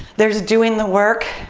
there's doing the work,